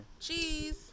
Cheese